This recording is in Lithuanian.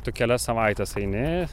tu kelias savaites eini